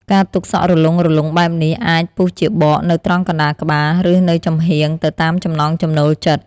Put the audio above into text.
ការទុកសក់រលុងៗបែបនេះ អាចពុះជាបកនៅត្រង់កណ្ដាលក្បាល ឬនៅចំហៀង ទៅតាមចំណង់ចំណូលចិត្ត។